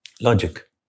Logic